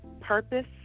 purpose